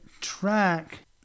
track